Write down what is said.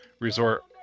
resort